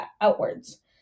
outwards